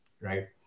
right